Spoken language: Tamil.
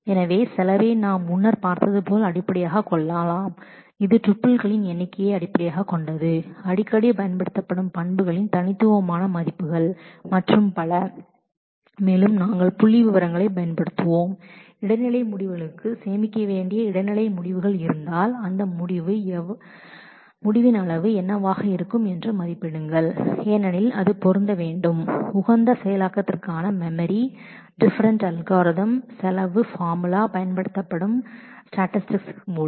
எனவே செலவை நாம் முன்னர் பார்த்தது போல டுப்பில்களின் எண்ணிக்கையை அடிப்படையாகக் கொண்டது அடிக்கடி பயன்படுத்தப்படும் பண்புகளின் தனித்துவமான மதிப்புகள் எண்ணிக்கையை அடிப்படையாகக் கொண்டது மற்றும் பல மேலும் நாங்கள் புள்ளிவிவரங்களைப் பயன்படுத்துவோம் இடைநிலை முடிவுகளுக்கு இடைநிலை முடிவுகளை சேமிக்க வேண்டி இருந்தால் அந்த முடிவின் அளவு என்னவாக இருக்கும் என்று மதிப்பிடுங்கள் estimate ஏனெனில் அது மெமரியில் பொருந்த வேண்டும் அப்டிமல் எக்ஸ்கியூனிற்கு பல்வேறு அல்கோரிதம் உடைய காஸ்ட் பார்முலா பயன்படுத்தப்படும் ஸ்டாட்டிஸ்டிக்ஸ் மூலம்